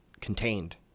contained